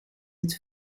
het